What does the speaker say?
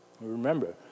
Remember